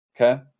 Okay